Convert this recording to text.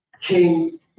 King